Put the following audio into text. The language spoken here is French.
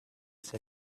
ses